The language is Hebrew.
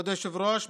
כבוד היושב-ראש,